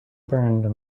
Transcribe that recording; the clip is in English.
burned